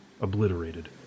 obliterated